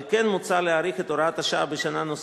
על כן מוצע להאריך את הוראת השעה בשנה נוספת,